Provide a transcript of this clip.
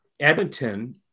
Edmonton